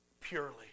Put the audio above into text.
purely